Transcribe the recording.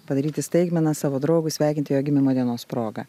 padaryti staigmeną savo draugui sveikinti jo gimimo dienos proga